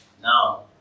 Now